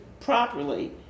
properly